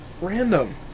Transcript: Random